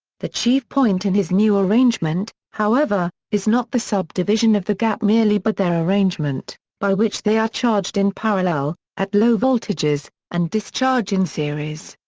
the chief point in his new arrangement, however, is not the sub-division of the gap merely but their arrangement, by which they are charged in parallel, at low voltages, and discharge in series.